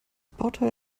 bauteil